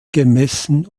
gemessen